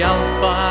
Alpha